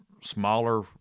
smaller